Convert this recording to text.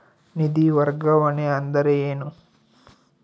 ನಿಧಿ ವರ್ಗಾವಣೆ ಅಂದರೆ ಏನು?